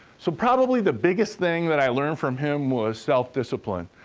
so, probably the biggest thing that i learned from him was self-discipline.